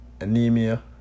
anemia